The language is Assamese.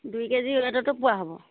দুই কেজি ৱেটতো পোৱা হ'ব